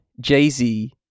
Jay-Z